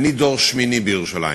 אני דור שמיני בירושלים,